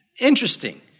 Interesting